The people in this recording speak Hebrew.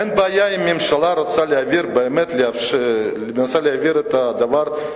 אין בעיה, אם הממשלה מנסה להעביר את הדבר,